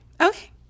Okay